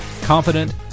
confident